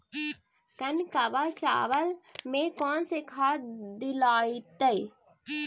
कनकवा चावल में कौन से खाद दिलाइतै?